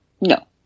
No